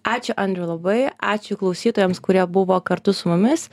ačiū andriau labai ačiū klausytojams kurie buvo kartu su mumis